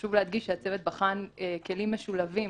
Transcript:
חשוב להדגיש שהצוות בחן כלים משולבים